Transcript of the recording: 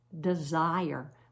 desire